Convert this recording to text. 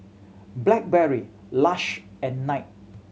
Blackberry Lush and Knight